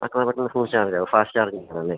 അത്ര പെട്ടെന്ന് full charge ആവും ഫാസ്റ്റ് ചാർജിംഗാണല്ലേ